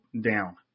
down